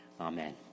amen